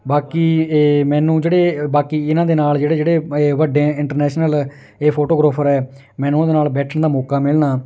ਬਾਕੀ ਇਹ ਮੈਨੂੰ ਜਿਹੜੇ ਬਾਕੀ ਇਹਨਾਂ ਦੇ ਨਾਲ ਜਿਹੜੇ ਜਿਹੜੇ ਇਹ ਵੱਡੇ ਇੰਟਰਨੈਸ਼ਨਲ ਇਹ ਫੋਟੋਗ੍ਰਾਫਰ ਹੈ ਮੈਨੂੰ ਉਹਦੇ ਨਾਲ ਬੈਠਣ ਦਾ ਮੌਕਾ ਮਿਲਣਾ